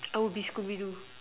I would be scooby-doo